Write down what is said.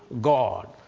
God